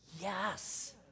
Yes